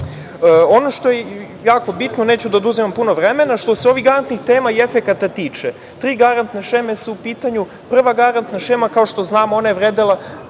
što je jako bitno, neću da oduzimam puno vremena, što se ovih garantnih tema i efekata tiče. Tri garantne šeme su u pitanju. Prva garantna šema, kao što znamo, ona je vredela